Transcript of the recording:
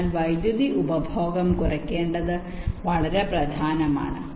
അതിനാൽ വൈദ്യുതി ഉപഭോഗം കുറയ്ക്കേണ്ടത് വളരെ പ്രധാനമാണ്